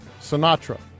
Sinatra